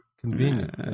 Convenient